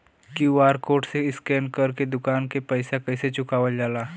QR code से scan कर के दुकान के पैसा कैसे चुकावल जाला?